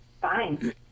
fine